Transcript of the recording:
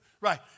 Right